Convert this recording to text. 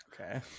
Okay